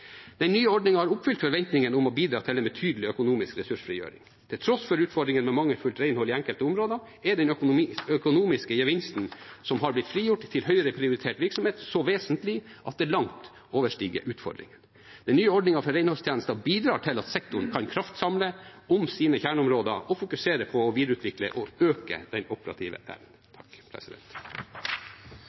Den nye ordningen har oppfylt forventningene om å bidra til en betydelig økonomisk ressursfrigjøring. Til tross for utfordringene med mangelfullt renhold i enkelte områder er den økonomiske gevinsten som har blitt frigjort til høyere prioritert virksomhet, så vesentlig at det langt overstiger utfordringene. Den nye ordningen for renholdstjenester bidrar til at sektoren kan kraftsamle om sine kjerneområder og fokusere på å videreutvikle og øke den operative